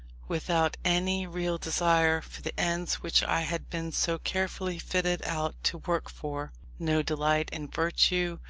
without any real desire for the ends which i had been so carefully fitted out to work for no delight in virtue,